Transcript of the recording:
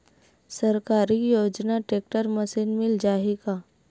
सरकारी योजना tractor machine मिल जाही का?